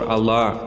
Allah